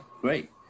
great